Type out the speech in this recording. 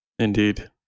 Indeed